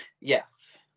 yes